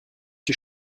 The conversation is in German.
die